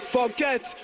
Forget